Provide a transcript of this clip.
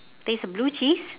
taste of blue cheese